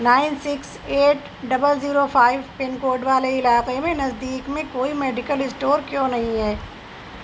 nine six eight double zero five pin code والے علاقے میں نزدیک میں کوئی میڈیکل اسٹور کیوں نہیں ہے